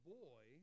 boy